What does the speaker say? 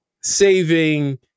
saving